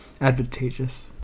advantageous